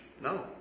No